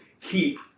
keep